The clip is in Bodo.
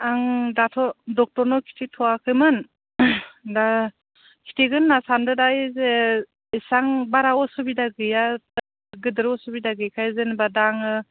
आं दाथ' दख्थरनाव खिन्थिथ'वाखैमोन दा खिन्थिगोन होनना सान्दों दा ओइ जे इसेबां बारा असुबिदा गैया गिदिर असुबिदा गैयिखाय जेनेबा दा आङो